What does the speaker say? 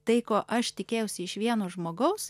tai ko aš tikėjausi iš vieno žmogaus